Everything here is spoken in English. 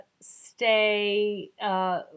stay